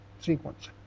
sequence